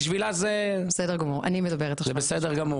הפגם הוא